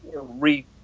Re